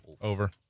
over